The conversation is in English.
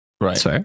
Right